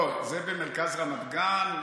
זה במרכז רמת גן,